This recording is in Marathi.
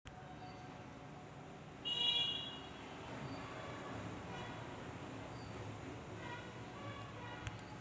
सॉफ्टवुड म्हणजे शंकूच्या आकाराचे किंवा सदाहरित झाडांपासून कापणी केलेल्या लाकडाचा संदर्भ